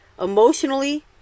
emotionally